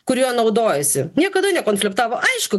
kuriuo naudojasi niekada nekonfliktavo aišku